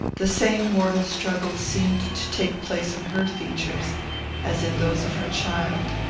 the same mortal struggle seemed to take place in her features as in those of her child.